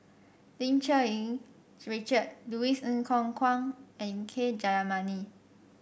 Lim Cherng Yih Richard Louis Ng Kok Kwang and K Jayamani